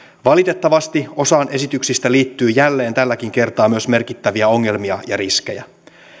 valitettavasti osaan esityksistä liittyy jälleen tälläkin kertaa myös merkittäviä ongelmia ja riskejä